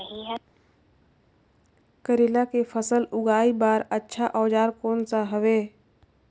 करेला के फसल उगाई बार अच्छा औजार कोन सा हवे?